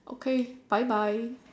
okay bye bye